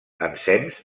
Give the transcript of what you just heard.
ensems